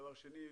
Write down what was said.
דבר שני,